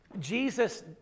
Jesus